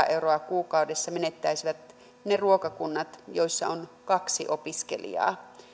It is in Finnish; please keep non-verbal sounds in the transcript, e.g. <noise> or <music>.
<unintelligible> euroa kuukaudessa menettäisivät ne ruokakunnat joissa on kaksi opiskelijaa